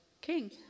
king